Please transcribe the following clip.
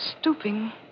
stooping